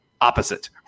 opposite